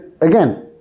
again